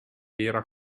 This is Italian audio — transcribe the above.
era